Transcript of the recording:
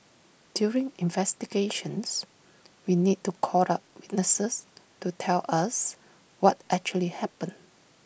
during investigations we need to call up witnesses to tell us what actually happened